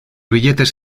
billetes